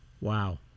Wow